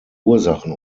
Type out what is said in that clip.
ursachen